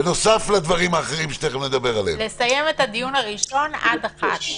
לסיים את הדיון הראשון עד 13:00?